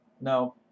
No